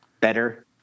better